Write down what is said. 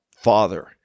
Father